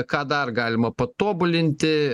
ką dar galima patobulinti